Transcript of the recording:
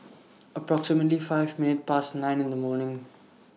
approximately five minutes Past nine in The morning